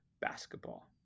basketball